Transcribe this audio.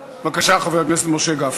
בבקשה, חבר הכנסת משה גפני.